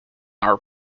our